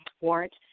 warrant